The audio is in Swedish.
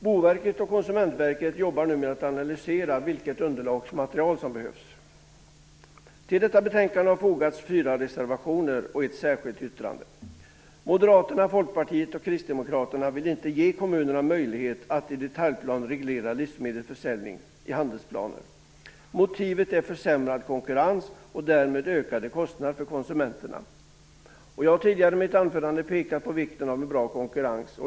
Boverket och Konsumentverket jobbar nu med att analysera vilket underlagsmaterial som behövs. Till detta betänkande har fogats fyra reservationer och ett särskilt yttrande. Moderaterna, Folkpartiet och Kristdemokraterna vill inte ge kommunerna möjlighet att i detaljplan reglera livsmedelsförsäljning i handelsplaner. Motivet är försämrad konkurrens och därmed ökade kostnader för konsumenterna. Jag har tidigare i mitt anförande framhållit vikten av en bra konkurrens.